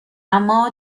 امّا